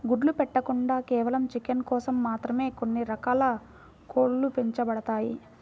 గుడ్లు పెట్టకుండా కేవలం చికెన్ కోసం మాత్రమే కొన్ని రకాల కోడ్లు పెంచబడతాయి